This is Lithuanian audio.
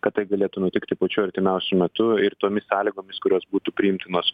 kad tai galėtų nutikti pačiu artimiausiu metu ir tomis sąlygomis kurios būtų priimtinos